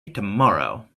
tomorrow